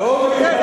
ועוד הוא יעלה.